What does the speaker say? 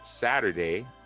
Saturday